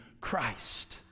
Christ